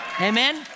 Amen